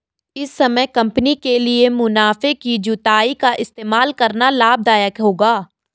इस समय कंपनी के लिए मुनाफे की जुताई का इस्तेमाल करना लाभ दायक होगा